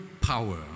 power